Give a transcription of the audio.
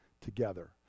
together